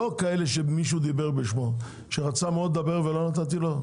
לא כאלה שמישהו דיבר בשמם שרצה מאוד לדבר ולא נתתי לו?